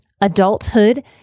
Adulthood